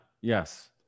yes